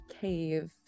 Cave